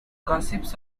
gossips